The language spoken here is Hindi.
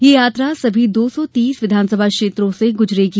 यह यात्रा सभी दो सौ तीस विधानसभा क्षेत्रों से गुजरेगी